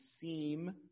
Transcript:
seem